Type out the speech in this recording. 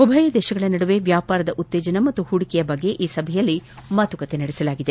ಉಭಯ ದೇಶಗಳ ನಡುವೆ ವ್ಯಾಪಾರದ ಉತ್ತೇಜನ ಹಾಗೂ ಪೂಡಿಕೆಯ ಕುರಿತು ಈ ಸಭೆಯಲ್ಲಿ ಮಾತುಕತೆ ನಡೆಸಲಾಗಿದೆ